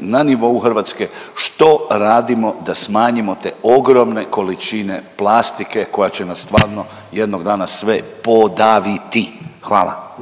na nivou Hrvatske, što radimo da smanjimo te ogromne količine plastike koja će nas stvarno jednog dana sve podaviti? Hvala.